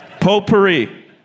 Potpourri